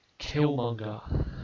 Killmonger